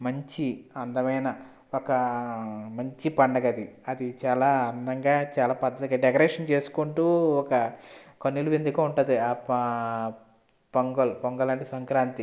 మంచి అందమైన ఒక మంచి పండుగ అది అది అందంగా చాలా పద్ధతిగా డెకరేషన్ చేసుకుంటూ ఒక కన్నుల విందుగా ఉంటుంది పొంగల్ పొంగల్ అంటే సంక్రాంతి